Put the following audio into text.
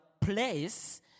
place